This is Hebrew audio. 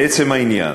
לעצם העניין,